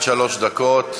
עד שלוש דקות.